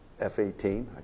F-18